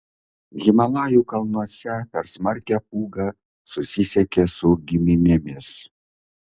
himalajų kalnuose per smarkią pūgą susisiekė su giminėmis